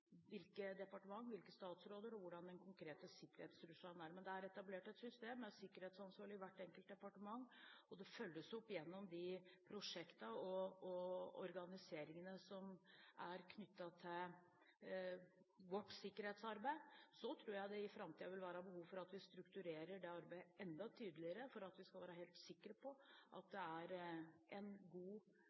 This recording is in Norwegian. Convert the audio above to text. hvilke departementer, hvilke statsråder og hvordan den konkrete sikkerhetstrusselen er. Men det er etablert et system med sikkerhetsansvarlig i hvert enkelt departement, og det følges opp gjennom de prosjektene og organiseringene som er knyttet til vårt sikkerhetsarbeid. Så tror jeg at det i framtiden vil være behov for at vi strukturerer det arbeidet enda tydeligere for at vi skal være helt sikre på at det i de enkelte departementene er en god